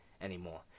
anymore